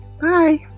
bye